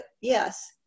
yes